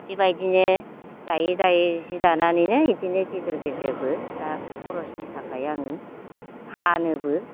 बेबायदिनो दायै दायै सि दानानैनो बिदिनो गेजेर गेजेरबो दा खरसनि थाखाय आङो फानोबो